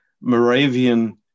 Moravian